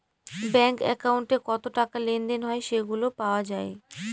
bank একাউন্টে কত টাকা লেনদেন হয় সেগুলা পাওয়া যায়